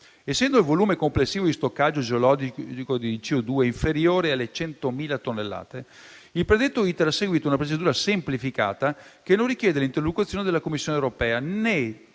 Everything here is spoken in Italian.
essendo il volume complessivo di stoccaggio geologico di CO2 inferiore alle 100.000 tonnellate, il predetto *iter* ha seguito una procedura semplificata, che non richiede l'interlocuzione con la Commissione europea, né